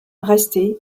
rester